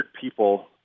people